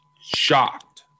shocked